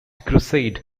crusade